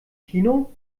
kino